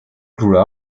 grew